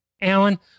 Alan